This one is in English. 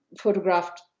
photographed